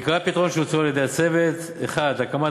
עיקרי הפתרונות שהוצעו על-ידי הצוות: 1. הקמת